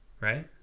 right